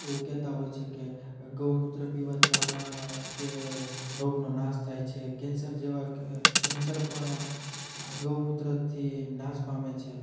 એવું કહેતા હોય છેકે ગૌમૂત્ર પીવાથી આપણામાં તે રોગનો નાશ થાય છે કેન્સર જેવા કેન્સર પણ આ ગૌમૂત્રથી નાશ પામે છે